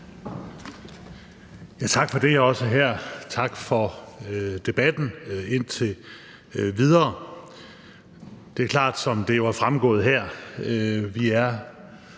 Tak for det. Og tak for debatten indtil videre. Det er klart, som det jo er fremgået her, at vi er